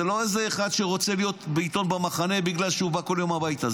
זה לא איזה אחד שרוצה להיות בעיתון במחנה כי הוא בא כל יום הביתה.